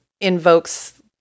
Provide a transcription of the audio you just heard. invokes